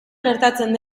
gertatzen